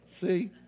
see